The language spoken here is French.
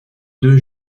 deux